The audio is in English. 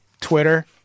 Twitter